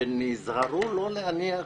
נזהרו לא להניח,